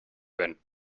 went